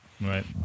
right